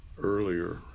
earlier